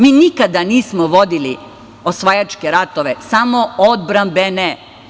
Mi nikada nismo vodili osvajačke ratove, samo odbrambene.